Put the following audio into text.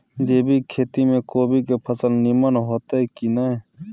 जैविक खेती म कोबी के फसल नीमन होतय की नय?